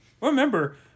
Remember